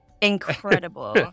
Incredible